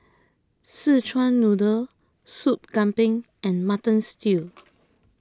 Szechuan Noodle Soup Kambing and Mutton Stew